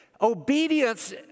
Obedience